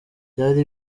byari